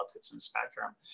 spectrum